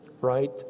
right